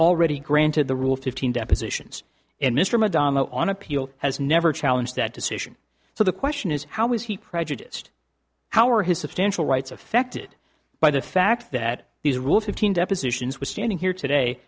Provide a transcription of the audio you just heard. already granted the rule fifteen depositions and mr madonna on appeal has never challenge that decision so the question is how was he prejudiced how are his substantial rights affected by the fact that these rule fifteen depositions we're standing here today